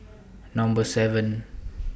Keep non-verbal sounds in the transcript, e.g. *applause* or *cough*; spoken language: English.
*noise* Number seven